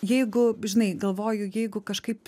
jeigu žinai galvoju jeigu kažkaip